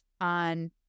on